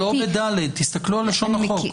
לא, לא ב-ד, תסתכלו על לשון החוק.